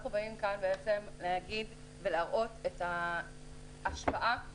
אנחנו באים כאן להראות את ההשפעה שלנו.